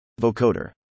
Vocoder